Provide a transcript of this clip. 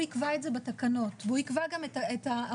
הוא יקבע את זה בתקנות והוא יקבע גם את אמות